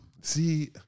See